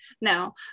no